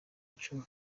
icumi